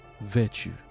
virtue